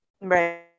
Right